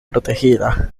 protegida